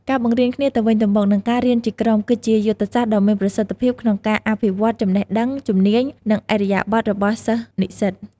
ការបង្រៀនគ្នាទៅវិញទៅមក និងការរៀនជាក្រុម គឺជាយុទ្ធសាស្ត្រដ៏មានប្រសិទ្ធភាពក្នុងការអភិវឌ្ឍចំណេះដឹង ជំនាញ និងឥរិយាបថរបស់សិស្សនិស្សិត។